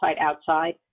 outside